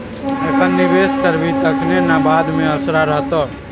अखन निवेश करभी तखने न बाद मे असरा रहतौ